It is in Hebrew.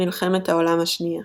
מלחמת העולם השנייה